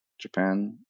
japan